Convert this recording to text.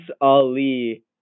Ali